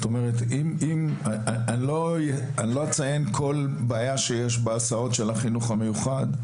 אני לא אציין כל בעיה שיש בהסעות של החינוך המיוחד,